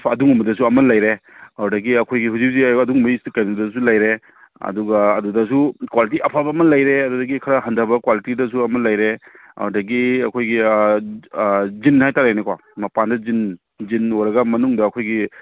ꯑꯗꯨꯒꯨꯝꯕꯗꯁꯨ ꯑꯃ ꯂꯩꯔꯦ ꯑꯗꯨꯗꯒꯤ ꯑꯩꯈꯣꯏꯒꯤ ꯍꯧꯖꯤꯛ ꯍꯧꯖꯤꯛ ꯑꯗꯨꯝꯕꯒꯤ ꯀꯩꯅꯣꯗꯁꯨ ꯂꯩꯔꯦ ꯑꯗꯨꯒ ꯑꯗꯨꯗꯁꯨ ꯀ꯭ꯋꯥꯂꯤꯇꯤ ꯑꯐꯕ ꯑꯃ ꯂꯩꯔꯦ ꯑꯗꯨꯗꯒꯤ ꯈꯔ ꯍꯟꯗꯕ ꯀ꯭ꯋꯥꯂꯤꯇꯤꯗꯁꯨ ꯑꯃ ꯂꯩꯔꯦ ꯑꯗꯒꯤ ꯑꯩꯈꯣꯏꯒꯤ ꯖꯤꯟ ꯍꯥꯏꯇꯥꯔꯦꯅꯦꯀꯣ ꯃꯄꯥꯟꯗ ꯖꯤꯟ ꯖꯤꯟ ꯑꯣꯏꯔꯒ ꯃꯅꯨꯡꯗ ꯑꯩꯈꯣꯏꯒꯤ